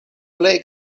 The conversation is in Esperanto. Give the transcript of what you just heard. plej